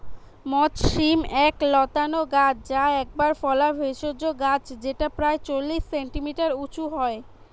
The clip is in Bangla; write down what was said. মথ শিম এক লতানা গাছ যা একবার ফলা ভেষজ গাছ যেটা প্রায় চল্লিশ সেন্টিমিটার উঁচু হয়